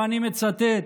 ואני מצטט: